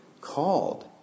called